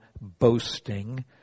boasting